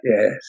Yes